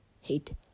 hate